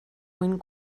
mwyn